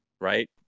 right